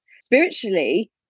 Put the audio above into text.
spiritually